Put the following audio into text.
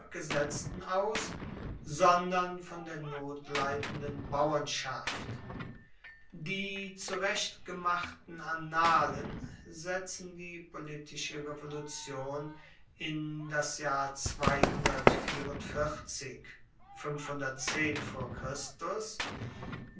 zurueckgesetzten aus sondern von der notleidenden bauernschaft die zurechtgemachten annalen setzen die politische revolution in das jahr